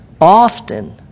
often